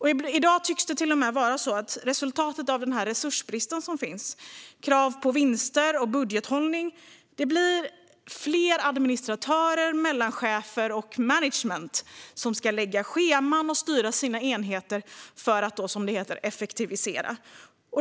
I dag tycks resultatet av resursbristen och krav på vinster och budgethållning leda till fler administratörer, mellanchefer och management som ska lägga scheman och styra sina enheter för att, som det heter, effektivisera.